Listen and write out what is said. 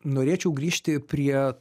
norėčiau grįžti prie